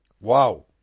Wow